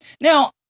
Now